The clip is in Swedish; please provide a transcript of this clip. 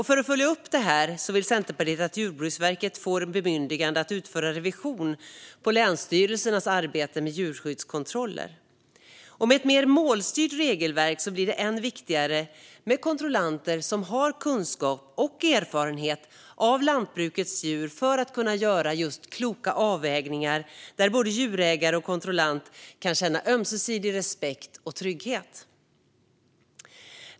För att följa upp det vill Centerpartiet att Jordbruksverket ska få bemyndigande att utföra revision av länsstyrelsernas arbete med djurskyddskontroller. Med ett mer målstyrt regelverk blir det än viktigare med kontrollanter som har kunskap om och erfarenhet av lantbrukets djur så att de kan göra just kloka avvägningar. Både djurägare och kontrollanter ska kunna känna ömsesidig respekt och trygghet.